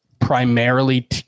primarily